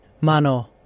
Mano